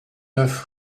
neuf